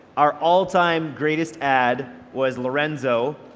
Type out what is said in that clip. our all-time greatest ad was lorenzo.